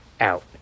out